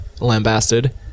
lambasted